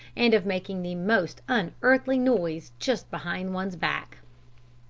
and of making the most unearthly noise just behind one's back.